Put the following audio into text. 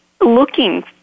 looking